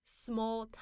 small